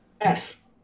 Yes